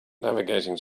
navigating